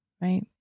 right